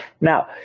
Now